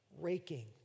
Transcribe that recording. raking